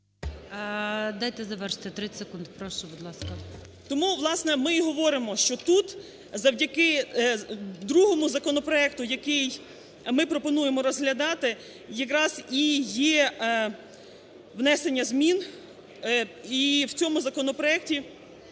Дайте завершити. 30 секунд. Прошу. Будь ласка. ГОПКО Г.М. Тому, власне, ми і говоримо, що тут завдяки другому законопроекту, який ми пропонуємо розглядати, якраз і є внесення змін, і в цьому законопроекті